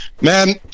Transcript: Man